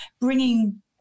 bringing